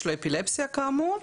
יש לו אפילפסיה, כאמור,